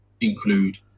include